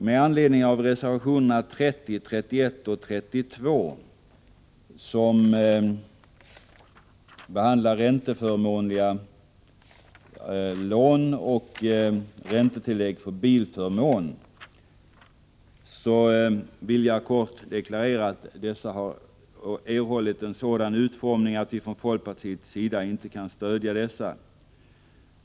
Med anledning av reservationerna 30, 31 och 32, som behandlar ränteförmånliga lån och räntetillägg för bilförmån, vill jag kort deklarera att dessa erhållit en sådan utformning att vi från folkpartiets sida inte kan stödja dem.